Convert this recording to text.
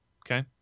Okay